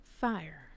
fire